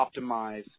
optimize